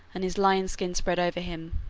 and his lion's skin spread over him.